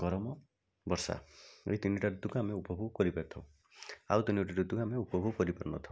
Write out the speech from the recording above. ଗରମ ବର୍ଷା ଏଇ ତିନିଟା ଋତୁକୁ ଆମେ ଉପଭୋଗ କରିପାରିଥାଉ ଆଉ ତିନୋଟି ଋତୁକୁ ଆମେ ଉପଭୋଗ କରିପାରିନଥାଉ